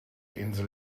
insel